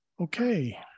Okay